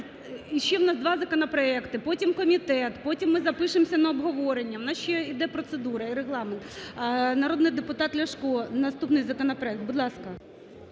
і ще в нас два законопроекти, потім комітет, потім ми запишемось на обговорення, в нас ще іде процедура і Регламент. Народний депутат Ляшко, наступний законопроект, будь ласка.